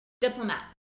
Diplomat